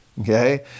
Okay